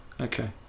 Okay